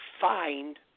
find